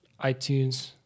iTunes